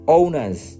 owners